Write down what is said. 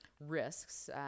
risks